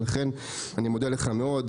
לכן אני מודה לך מאוד.